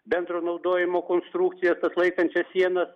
bendro naudojimo konstrukcijas atlaikančias sienas